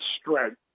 strength